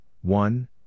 one